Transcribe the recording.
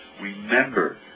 Remember